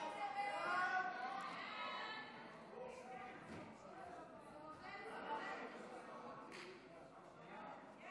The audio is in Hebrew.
ההצעה להעביר את הצעת חוק ביטוח בריאות ממלכתי